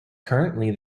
currently